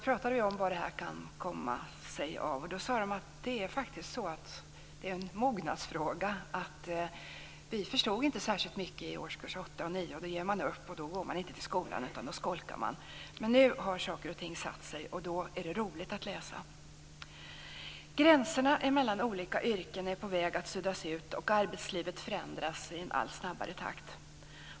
Vi pratade om hur detta kunde komma sig. Eleverna sade att det faktiskt är en mognadsfråga. De sade: Vi förstod inte särskilt mycket i årskurs 8 och årskurs 9. Då ger man upp och går inte till skolan; man skolkar. Men nu har saker och ting satt sig och då är det roligt att läsa. Gränserna mellan olika yrken är på väg att suddas ut, och arbetslivet förändras i en allt snabbare takt.